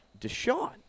Deshaun